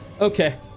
Okay